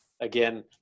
Again